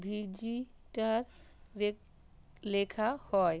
ভিজিটারে লেখা হয়